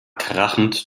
krachend